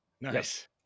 Nice